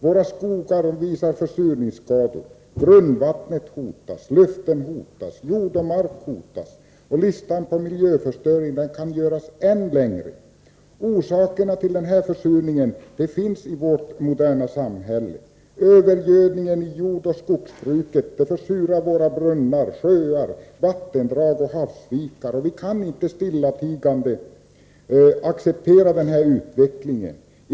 Våra skogar visar försurningsskador, grundvattnet hotas, luften hotas och jord och mark hotas. Listan över miljöförstöringar kan göras än längre. Orsakerna till denna försurning finns i vårt moderna samhälle. Övergödningen i jordoch skogsbruket försurar våra brunnar, sjöar, vattendrag och havsvikar. Vi kan inte stillatigande acceptera den här utvecklingen.